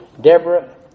Deborah